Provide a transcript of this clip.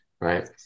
right